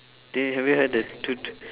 do you have you heard the ddu-du~